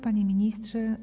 Panie Ministrze!